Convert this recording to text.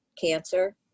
cancer